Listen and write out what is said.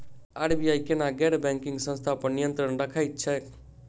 RBI केना गैर banking संस्था पर नियत्रंण राखैत छैक?